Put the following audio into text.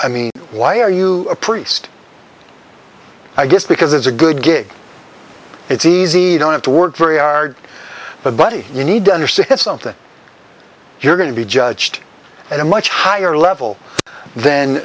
i mean why are you a priest i guess because it's a good gig it's easy don't have to work very hard but buddy you need to understand something you're going to be judged at a much higher level th